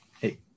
hey